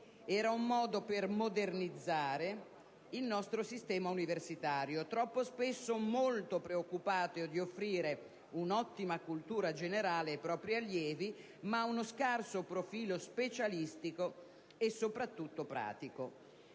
era un modo per "modernizzare" il nostro sistema universitario, troppo spesso molto preoccupato di offrire un'ottima cultura generale ai propri allievi, ma uno scarso profilo specialistico e soprattutto pratico.